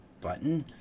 button